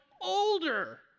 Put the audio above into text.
older